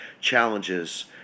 challenges